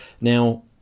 Now